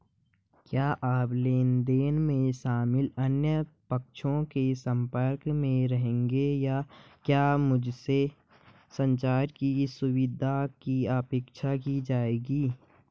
क्या आप लेन देन में शामिल अन्य पक्षों के संपर्क में रहेंगे या क्या मुझसे संचार की सुविधा की अपेक्षा की जाएगी?